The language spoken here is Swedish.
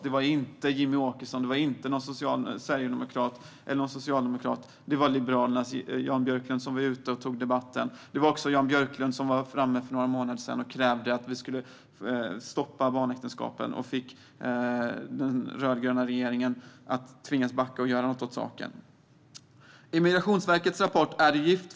Det var inte Jimmie Åkesson, någon sverigedemokrat eller någon socialdemokrat, utan det var Liberalernas Jan Björklund som var ute och tog debatten. Det var också Jan Björklund som för några månader sedan krävde att vi skulle stoppa barnäktenskapen och som fick den rödgröna regeringen att backa och göra något åt saken. I Migrationsverkets rapport Är du gift?